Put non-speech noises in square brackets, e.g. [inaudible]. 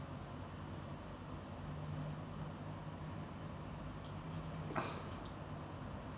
[breath]